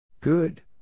Good